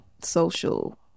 social